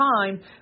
time